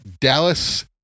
Dallas